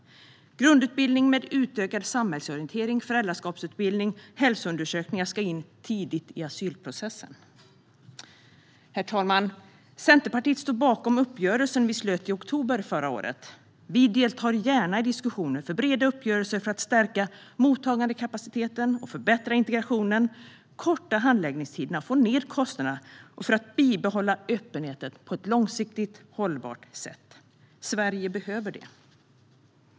Grundutbildning med utökad samhällsorientering, föräldraskapsutbildning och hälsoundersökningar ska tidigt komma in i asylprocessen. Herr talman! Centerpartiet står bakom uppgörelsen som slöts i oktober förra året. Vi deltar gärna i diskussioner om breda uppgörelser för att stärka mottagandekapaciteten och förbättra integrationen, göra handläggningstiderna kortare och få ned kostnaderna för att bibehålla öppenheten på ett långsiktigt hållbart sätt. Sverige behöver det.